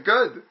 Good